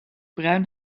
bruin